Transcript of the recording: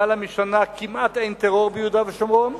למעלה משנה כמעט אין טרור ביהודה ושומרון.